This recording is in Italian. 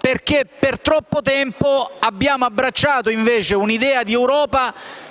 perché per troppo tempo abbiamo abbracciato un'idea di Europa